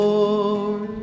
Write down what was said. Lord